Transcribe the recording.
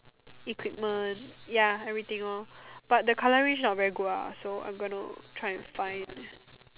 equipment ya everything lor but the colouring not very good ah so I am going to try and find